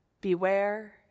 Beware